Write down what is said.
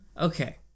Okay